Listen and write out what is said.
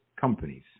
companies